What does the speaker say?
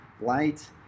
light